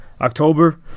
October